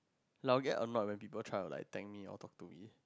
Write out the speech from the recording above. like I will get or not when people try to like thank me or talk to me